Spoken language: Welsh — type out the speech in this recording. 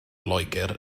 loegr